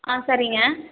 ஆ சரிங்க